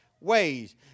ways